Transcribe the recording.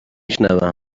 شنوم